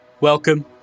Welcome